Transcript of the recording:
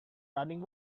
running